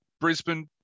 Brisbane